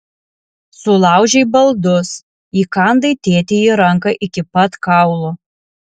sulaužei baldus įkandai tėtei į ranką iki pat kaulo